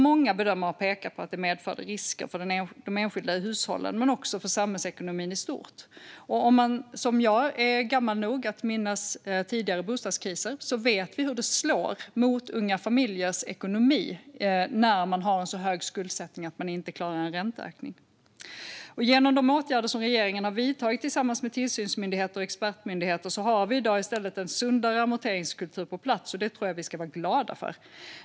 Många bedömare har pekat på att det medförde risker för de enskilda hushållen men också för samhällsekonomin i stort. Om man som jag är gammal nog att minnas tidigare bostadskriser vet man hur det slår mot unga familjers ekonomi när skuldsättningen är så hög att de inte klarar en ränteökning. Genom de åtgärder som regeringen har vidtagit tillsammans med tillsynsmyndigheter och expertmyndigheter har vi i dag i stället en sundare amorteringskultur på plats. Det tror jag att vi ska vara glada för.